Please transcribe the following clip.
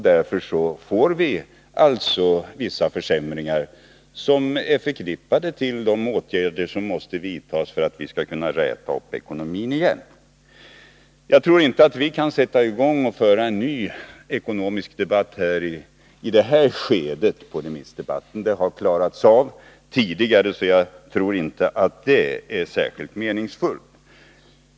Därför får vi alltså vissa försämringar som är förknippade med de åtgärder som måste vidtas för att vi skall kunna räta upp ekonomin igen. Jagtror inte att vi kan sätta i gång och föra en ny ekonomisk debatt i det här skedet av remissdebatten. Det har klarats av tidigare, så jag tror inte att det vore särskilt meningsfullt.